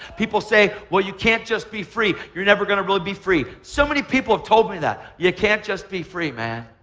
people say, well, you can't just be free. you're never going to really be free. so many people have told me that. you can't just be free, man.